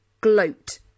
gloat